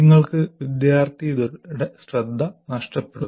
നിങ്ങൾക്ക് വിദ്യാർത്ഥിയുടെ ശ്രദ്ധ നഷ്ടപ്പെടുന്നു